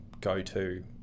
go-to